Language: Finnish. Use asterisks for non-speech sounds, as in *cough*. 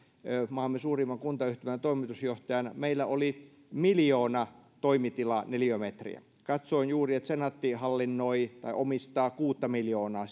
maamme suurimman kuntayhtymän toimitusjohtajana meillä oli miljoona toimitilaneliömetriä katsoin juuri että senaatti hallinnoi tai omistaa kuutta miljoonaa *unintelligible*